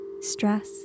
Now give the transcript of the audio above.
stress